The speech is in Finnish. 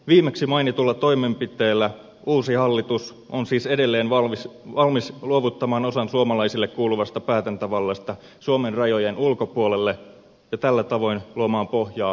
viimeksi mainitulla toimenpiteellä uusi hallitus on siis edelleen valmis luovuttamaan osan suomalaisille kuuluvasta päätäntävallasta suomen rajojen ulkopuolelle ja tällä tavoin luomaan pohjaa eun liittovaltiolle